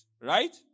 right